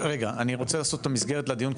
אני רוצה לעשות את המסגרת לדיון,